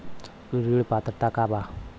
ऋण पात्रता का बा?